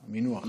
המינוח.